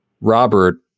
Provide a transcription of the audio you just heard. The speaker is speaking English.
Robert